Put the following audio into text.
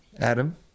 adam